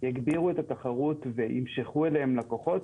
יגבירו את התחרות וימשכו אליהם לקוחות,